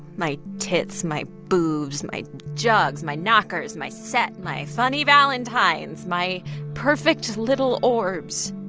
my tits, my boobs, my jugs, my knockers, my set, my funny valentines, my perfect little orbs